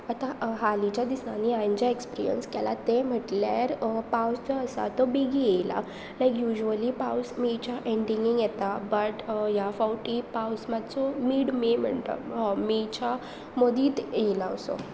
आतां हालींच्या दिसांनी हांवें जे एक्सपिरियन्स केला तें म्हटल्यार पावस जो आसा तो बेगी येयला लायक युज्युली पावस मेच्या एंडिंगेक येता बट ह्या फावटी पावस मात्सो मीड मे म्हणटा मेच्या मदींत येयलां असो